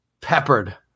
peppered